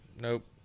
Nope